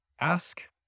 Ask